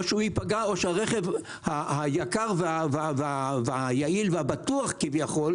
או שהוא ייפגע או שהרכב היקר והיעיל והבטוח כביכול,